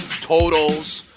totals